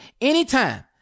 anytime